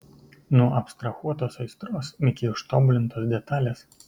nuo abstrahuotos aistros iki ištobulintos detalės